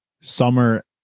Summer